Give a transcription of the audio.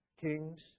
kings